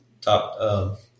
top –